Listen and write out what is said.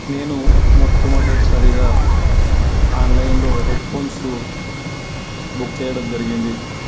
నేను మొట్ట మొదటిసారిగా ఆన్లైన్లో హెడ్ఫోన్సు బుక్ చేయడం జరిగింది